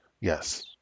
Yes